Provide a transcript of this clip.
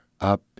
up